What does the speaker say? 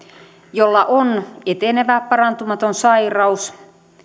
jolla on etenevä parantumaton sairaus